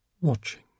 watching